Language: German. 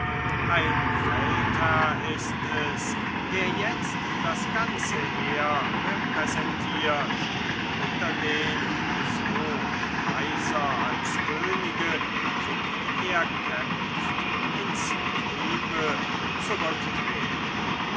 ein feldherr ist es der jetzt das ganze heer repräsentiert hinter den so kaiser als könige für die er kämpft ins trübe zurücktreten